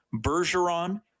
Bergeron